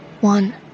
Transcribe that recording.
One